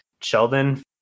Sheldon